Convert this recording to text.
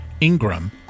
Ingram